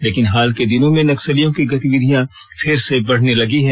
लेकिन हाल के दिनों में नक्सलियों की गतिविधियां फिर से बढ़ने लगी हैं